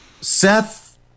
seth